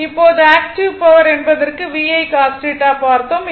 இப்போது active power என்பதற்க்கு VI cos θ பார்த்தோம்